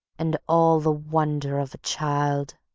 and all the wonder of a child.